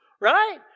Right